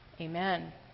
Amen